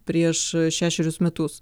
prieš šešerius metus